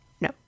No